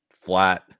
flat